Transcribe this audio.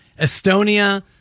Estonia